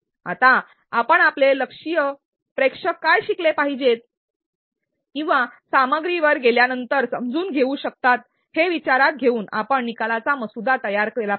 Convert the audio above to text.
आता आपण आपले लक्ष्यित प्रेक्षक काय शिकले पाहिजे किंवा सामग्रीवर गेल्यानंतर समजून घेऊ शकतात हे विचारात घेऊन आपण निकालाचा मसुदा तयार करा